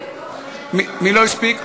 מי לא הספיק?